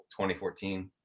2014